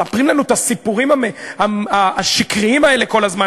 מספרים לנו את הסיפורים השקריים האלה כל הזמן.